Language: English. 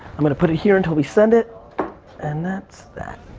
i'm going to put it here until we send it and that's that.